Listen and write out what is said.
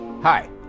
Hi